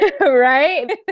Right